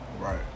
Right